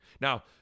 Now